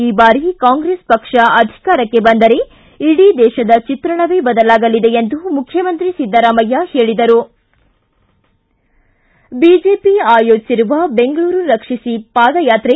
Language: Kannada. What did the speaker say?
ಈ ಬಾರಿ ಕಾಂಗ್ರೆಸ್ ಪಕ್ಷ ಅಧಿಕಾರಕ್ಕೆ ಬಂದರೆ ಇಡೀ ದೇಶದ ಚಿತ್ರಣವೇ ಬದಲಾಗಲಿದೆ ಎಂದು ಮುಖ್ಯಮಂತ್ರಿ ಸಿದ್ದರಾಮಯ್ಯ ಹೇಳಿದರು ಬಿಜೆಪಿ ಆಯೋಜಿಸಿರುವ ಬೆಂಗಳೂರು ರಕ್ಷಿಸಿ ಪಾದಯಾತ್ರೆ